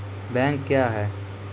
Bank क्या हैं?